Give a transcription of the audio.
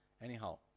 Anyhow